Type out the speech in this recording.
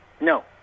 No